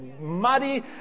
muddy